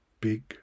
big